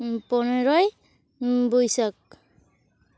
ᱯᱚᱱᱮᱨᱳᱭ ᱵᱟᱹᱭᱥᱟᱹᱠᱷ